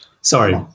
sorry